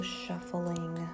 shuffling